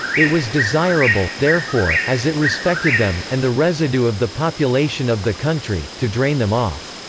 it was desirable, therefore, as it respected them, and the residue of the population of the country, to drain them off.